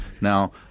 Now